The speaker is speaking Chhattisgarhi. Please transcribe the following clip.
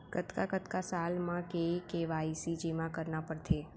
कतका कतका साल म के के.वाई.सी जेमा करना पड़थे?